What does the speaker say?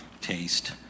taste